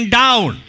down